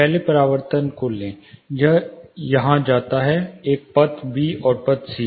पहले परावर्तन को लें एक यह यहाँ जाता है एक पथ बी और पथ सी